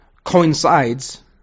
coincides